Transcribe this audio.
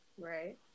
Right